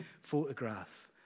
photograph